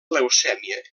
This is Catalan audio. leucèmia